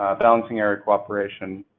balancing area cooperation,